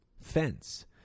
fence